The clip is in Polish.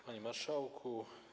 Panie Marszałku!